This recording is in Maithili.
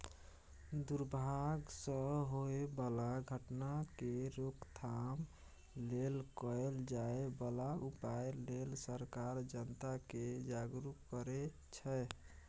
दुर्भाग सँ होए बला घटना केर रोकथाम लेल कएल जाए बला उपाए लेल सरकार जनता केँ जागरुक करै छै